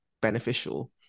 beneficial